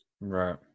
Right